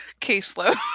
caseload